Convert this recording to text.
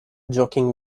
joking